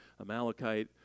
Amalekite